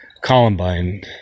columbine